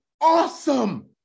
awesome